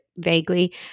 vaguely